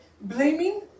Blaming